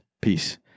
Peace